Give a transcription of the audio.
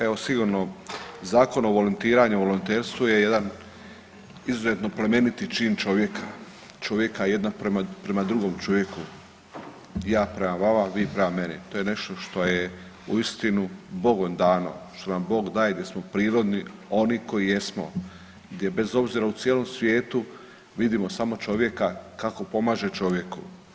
Evo sigurno Zakon o volontiranju i volonterstvu je jedan izuzetan plemeniti čin čovjeka, čovjeka jednog prema drugom čovjeku, ja prema vama, vi prema meni to je nešto što je uistinu bogom dano, što nam Bog daje da smo prirodni oni koji jesmo gdje bez obzira u cijelom svijetu vidimo samo čovjeka kako pomaže čovjeku.